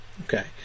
Okay